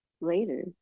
Later